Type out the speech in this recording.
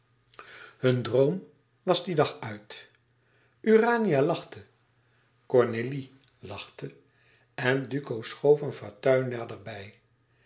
hun droom was dien dag uit urania lachte cornélie lachte en duco stond op en schoof een fauteuil naderbij